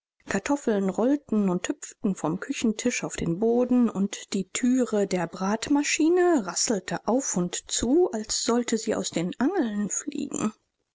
kartoffeln rollten und hüpften vom küchentisch auf den boden und die thüre der bratmaschine rasselte auf und zu als sollte sie aus den angeln fliegen